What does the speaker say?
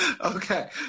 Okay